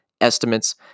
estimates